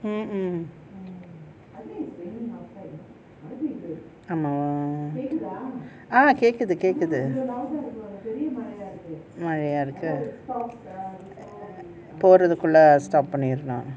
mm mm ah கேக்குது கேக்குது:kekkuthu kekkuthu